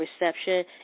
reception